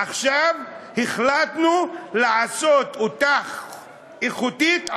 עכשיו החלטנו לעשות אותה איכותית,